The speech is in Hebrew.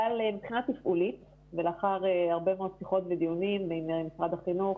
אבל מבחינה תפעולית ולאחר הרבה מאוד שיחות ודיונים עם משרד החינוך,